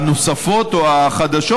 הנוספות או החדשות,